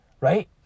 right